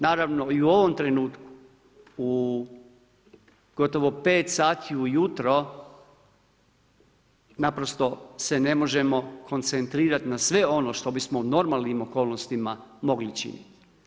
Naravno i u ovom trenutku u gotovo 5 sati ujutro naprosto se ne možemo koncentrirati na sve ono što bismo u normalnim okolnostima mogli činiti.